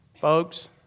Folks